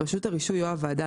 רשות הרישוי או הוועדה,